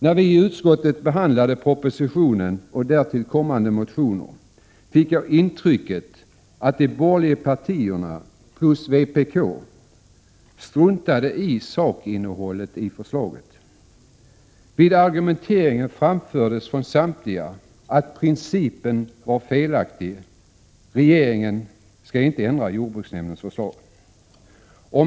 När vi i utskottet behandlade propositionen och i anslutning därtill väckta motioner, fick jag intrycket att de borgerliga partierna plus vpk struntade i sakinnehållet i förslaget. Vid argumenteringen framfördes från samtliga att principen var felaktig — regeringen skall inte ändra jordbruksnämndens förslag.